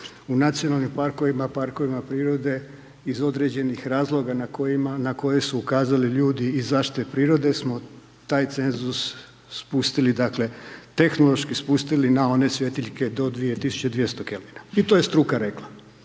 U nacionalnim parkovima, parkovima prirode, iz određenih razloga na koje su ukazali ljudi iz zaštite prirode, smo taj cenzus spustili, dakle, tehnološki spustili na one svjetiljke do 2200 kelvina i to je struka rekla,